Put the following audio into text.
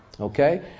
Okay